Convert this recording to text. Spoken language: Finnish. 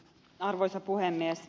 arvoisa puhemies